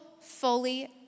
fully